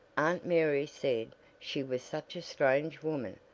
aunt mary said she was such a strange woman,